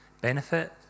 benefit